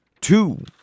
two